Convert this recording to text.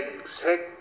exact